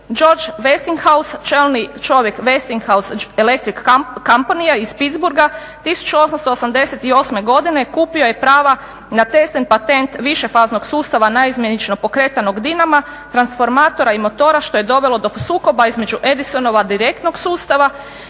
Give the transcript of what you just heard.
George Westinghouse čelni čovjek Westinghouse electric company iz Pittsburgha 1888. godine kupio je prava na Teslin patent višefaznog sustava naizmjenično pokretanog dinama, transformatora i motora što je dovelo do sukoba između Edisonova direktnog sustava